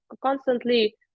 constantly